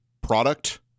product